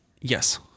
Yes